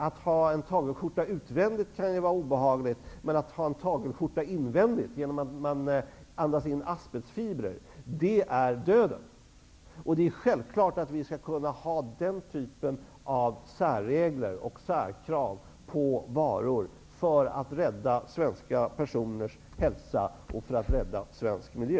Att ha en tagelskjorta utvändigt kan vara obehagligt, men att ha en tagelskjorta invändigt genom att man andas in asbestfibrer innebär döden. Det är självklart att vi skall ha den typen av särregler och särkrav på varor för att rädda svensk hälsa och för att rädda svensk miljö.